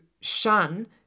shun